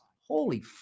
holy